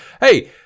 Hey